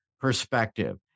perspective